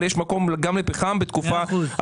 אבל יש לה מקום לפחם בתקופה הקרובה,